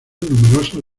numerosas